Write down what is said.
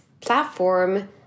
platform